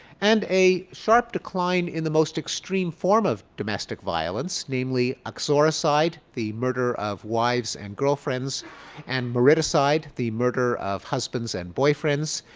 and a sharp decline in the most extreme form of domestic violence namely uxorcide, the murder of wives and girlfriends and mariticide, the murder of husbands and boyfriends.